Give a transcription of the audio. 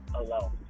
alone